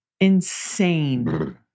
insane